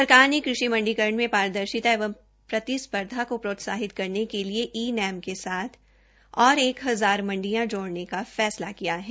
सरकार ने कृषि मंडीकरण में पारदर्शिता एवं प्रतिस्पर्धा को प्रोत्साहित करने के लिए ई नैम के साथ एक हजार मंडियां जोड़ने का फैसला किया है